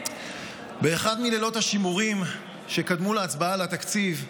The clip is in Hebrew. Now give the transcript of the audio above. באחד מלילות השימורים שקדמו להצבעה על התקציב,